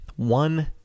One